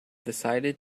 decided